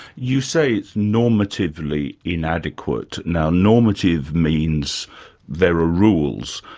you say it's normatively inadequate. now normative means there are rules.